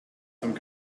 some